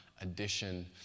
addition